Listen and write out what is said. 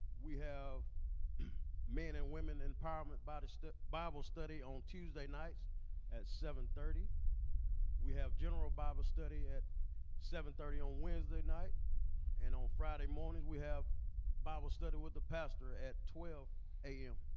we have men and women empowerment by the step bible study on tuesday nights at seven thirty we have general bible study at seven thirty on wednesday night and on friday mornings, we have bible study with the pastor at twelve a m